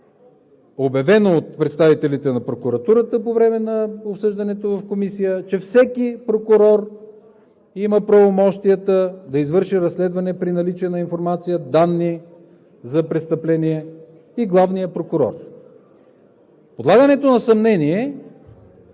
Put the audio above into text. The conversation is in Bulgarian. обявено от представителите на Прокуратурата по време на обсъждането в Комисията, че всеки прокурор има правомощията да извърши разследване при наличие на информация, данни за престъпление и главния прокурор. Подлагането на съмнение,